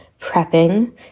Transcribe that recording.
prepping